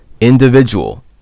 individual